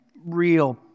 real